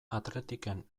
athleticen